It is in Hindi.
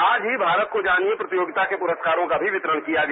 आज ही भारत को जानिए प्रतियोगिता के पुरस्कारों का भी वितरण किया गया